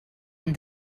amb